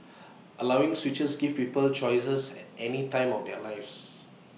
allowing switches gives people choice at any time of their lives